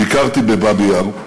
ביקרתי בבאבי-יאר.